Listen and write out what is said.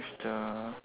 the